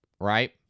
Right